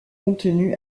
contenu